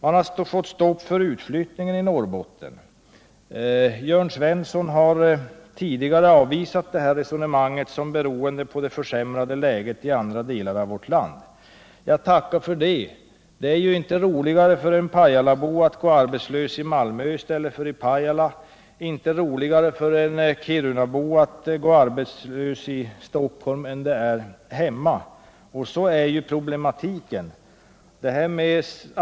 Man har fått stå för utflyttningen i Norrbotten. Jörn Svensson har tidigare avvisat resonemanget och framhållit att det beror på det försämrade läget i andra delar av vårt land. Jag tackar för det. Det är ju inte roligare för en pajalabo att gå arbetslös i Malmö i stället för i Pajala och inte roligare för en kirunabo att gå arbetslös i Stockholm än i Kiruna. Detta är problematiken.